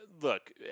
look